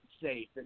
safe